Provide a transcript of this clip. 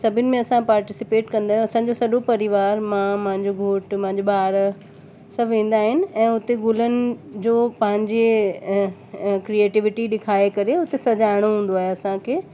सभिनि में असां पार्टिसिपेट कंदा आहियूं असांजो सॾो परिवार मां मुंहिंजो घोटु मुंहिंजा ॿार सभु वेंदा आहिनि आहिनि ऐं उते गुलनि जो पंहिंजे क्रिएटिविटी ॾिखाए करे हुते सॼाइणो हूंदो आहे असांखे